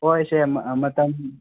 ꯍꯣꯏ ꯁꯦ ꯃꯇꯝ